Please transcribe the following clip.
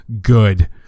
good